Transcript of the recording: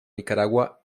nicaragua